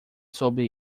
sobre